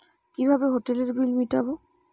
কিভাবে হোটেলের বিল মিটাব?